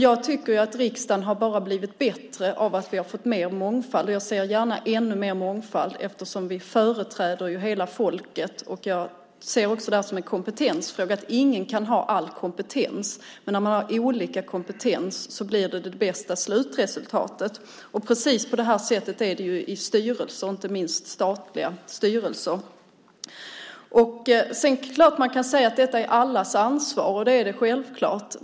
Jag tycker att riksdagen bara har blivit bättre av att vi har fått mer mångfald, och jag ser gärna ännu mer mångfald eftersom vi företräder hela folket. Jag ser det också som en kompetensfråga. Ingen kan ha all kompetens, men när man har olika kompetens får man det bästa slutresultatet. Precis på det här sättet är det i styrelser, inte minst statliga styrelser. Man kan säga att detta är allas ansvar, och det är självklart.